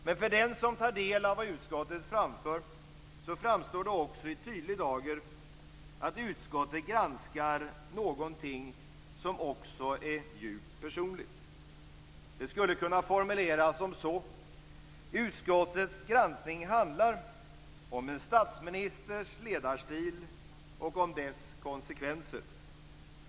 Men för den som tar del av vad utskottet framför framstår det också i tydlig dager att utskottet granskar någonting som också är djupt personligt. Det skulle kunna formuleras som så: Utskottets granskning handlar om en statsministers ledarstil och om dess konsekvenser.